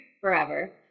forever